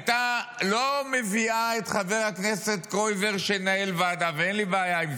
לא הייתה מביאה את חבר הכנסת קרויזר שינהל ועדה,